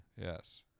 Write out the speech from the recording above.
Yes